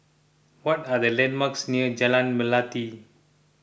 what are the landmarks near Jalan Melati